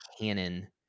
canon